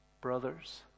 brothers